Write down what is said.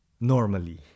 normally